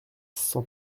cent